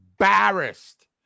embarrassed